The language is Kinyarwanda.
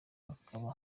akaba